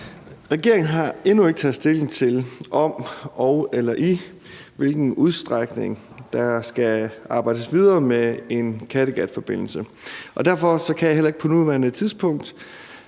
Regeringen har endnu ikke taget stilling til, om eller i hvilken udstrækning der skal arbejdes videre med en Kattegatforbindelse, og derfor kan jeg heller ikke på nuværende tidspunkt